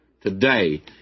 today